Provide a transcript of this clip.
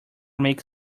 makes